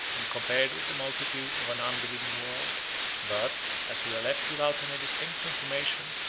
when compared with the multitude of an unbelieving world but, as we are left without any distinct information,